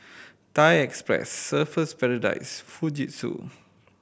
Thai Express Surfer's Paradise Fujitsu